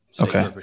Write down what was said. Okay